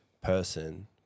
person